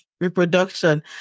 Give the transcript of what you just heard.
reproduction